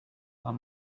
are